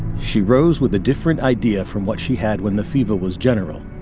she rose with a different idea from what she had when the fever was general.